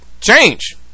change